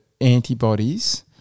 antibodies